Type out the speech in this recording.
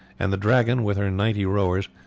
and the dragon, with her ninety rowers,